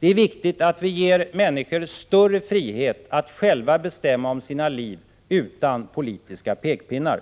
Det är viktigt att vi ger människor större frihet att själva bestämma om sina liv, utan politiska pekpinnar.